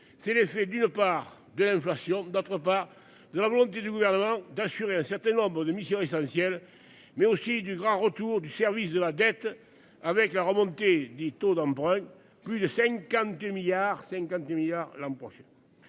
c'est les c'est d'une part de l'inflation, d'autre part la volonté du gouvernement d'assurer un certain nombres de missions essentielles mais aussi du grand retour du service de la dette avec la remontée des taux d'emprunt. Plus de 52 milliards, 50 milliards